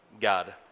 God